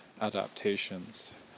adaptations